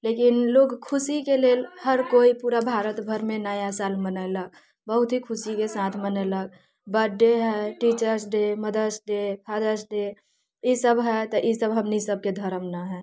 लेकिन लोग खुशीके लेल हर कोइ पूरा भारत भरिमे नया साल मनेलक बहुत ही खुशीके साथ मनेलक बर्थडे हय टीचर्स डे हय मदर्स डे फादर्स डे इसब हय तऽ इसब हमनी सबके धरम ना हय